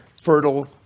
fertile